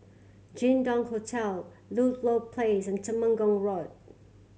Jin Dong Hotel Ludlow Place and Temenggong Road